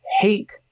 hate